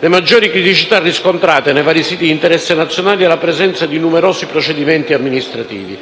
La maggiore criticità riscontrate nei vari siti di interesse nazionale è la presenza di numerosi procedimenti amministrativi.